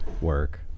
Work